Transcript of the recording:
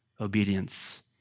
obedience